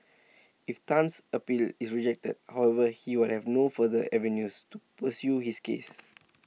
if Tan's appeal is rejected however he will have no further avenues to pursue his case